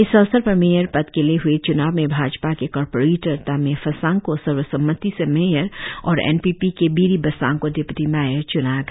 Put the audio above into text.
इस अवसर पर मेयर पद के लिए ह्ए च्नाव में भाजपा के कारपोरेटर तामे फासांग को सर्वसम्मति से मेयर और एनपीपी के बिरि बासांग को डिप्यूटी मेयर च्ना गया